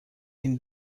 can